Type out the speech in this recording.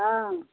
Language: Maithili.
हँ